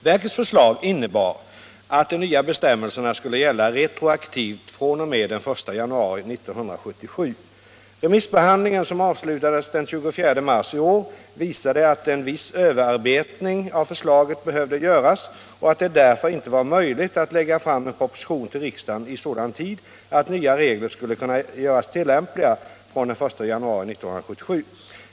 Verkets förslag innebar att de nya bestämmelserna skulle gälla retroaktivt fr.o.m. den 1 januari 1977. Remissbehandlingen, som avslutades den 24 mars i år, visade att en viss överarbetning av förslaget behövde göras och att det därför inte var möjligt att lägga fram en proposition till riksdagen i sådan tid att nya regler skulle kunna göras tillämpliga från den 1 januari 1977.